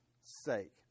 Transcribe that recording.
sake